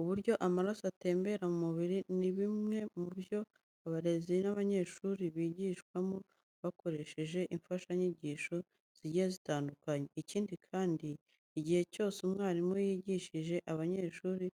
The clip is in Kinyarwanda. Uburyo amaraso atembera mu mubiri ni bimwe mu byo abarezi b'abanyeshuri bigishamo bakoresheje imfashanyigisho zigiye zitandukanye. Ikindi kandi, igihe cyose umwarimu yigishije abanyeshuri